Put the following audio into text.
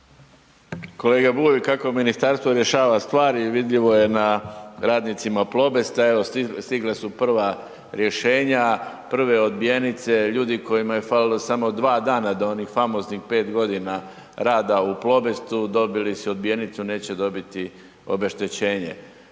Kolega Bulj, kako ministarstvo rješava stvari vidljivo je na radnicima Plobesta, evo stigle su prva rješenja, prve odbijenice, ljudi kojima je falilo samo 2 dana do onih famoznih 5 godina rada u Plobestu, dobili su odbijenicu neće dobiti obeštećenje.